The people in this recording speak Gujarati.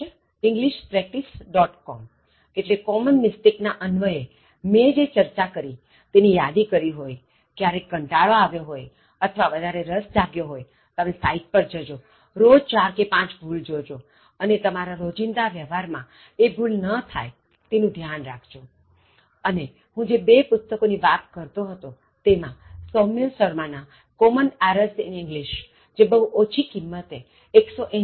com છેએટલે common mistakes ના અન્વયેમેં જે ચર્ચા કરી તેની યાદી કરી હોયક્યારેક કંટાળો આવ્યો હોયઅથવા વધારે રસ જાગ્યો હોય તમે સાઇટ પર જજોરોજ ચાર કે પાંચ ભૂલો જોજોઅને તમારા રોજિંદા વ્યવહાર માં એ ભૂલ ન થાય તેનું ધ્યાન રાખજો અને જે બે પુસ્તકો ની હું વાત કરતો હતો તેમાંસૌમ્ય શર્મા ના Common Errors in English જે બહુ ઓછી કિમતે 180 રુ